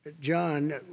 John